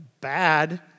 bad